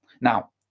Now